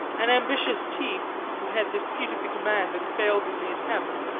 an ambitious chief, who had disputed the command and failed in the attempt,